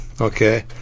Okay